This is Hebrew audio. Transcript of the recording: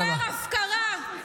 מר הפקרה -- תודה.